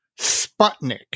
Sputnik